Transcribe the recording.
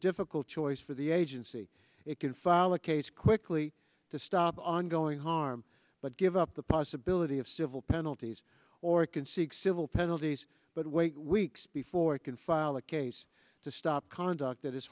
difficult choice for the agency it can file a case quickly to stop ongoing harm but give up the possibility of civil penalties or can seek civil penalties but wait weeks before it can file a case to stop conduct that is